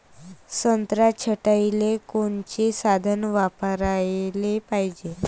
संत्रा छटाईले कोनचे साधन वापराले पाहिजे?